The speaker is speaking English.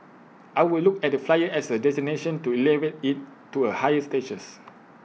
I would look at the flyer as A destination to elevate IT to A higher status